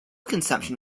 consumption